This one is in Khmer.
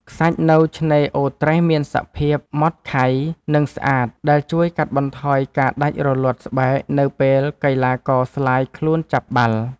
ខ្សាច់នៅឆ្នេរអូរត្រេះមានសភាពម៉ដ្តខៃ និងស្អាត ដែលជួយកាត់បន្ថយការដាច់រលាត់ស្បែកនៅពេលកីឡាករស្លាយខ្លួនចាប់បាល់។